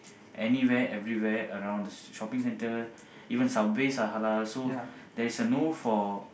anywhere everywhere around the shopping centre even Subways are halal so there's a no for